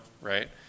right